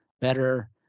better